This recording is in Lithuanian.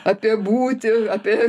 apie būtį apie